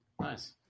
Nice